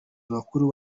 bakuru